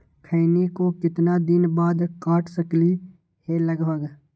खैनी को कितना दिन बाद काट सकलिये है लगभग?